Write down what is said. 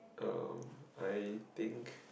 erm I think